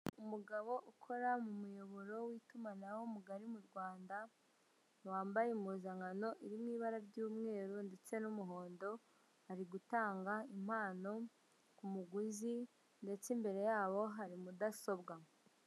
Umugabo ukora mu muyoboro w'itumanaho mugari mu Rwanda, wambaye impuzankano iri mu ibara ry'umweru ndetse n'umuhondo ari gutanga impano ku muguzi ndetse imbere yabo hari mudasobwa.